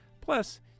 Plus